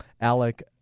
Alec